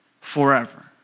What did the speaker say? forever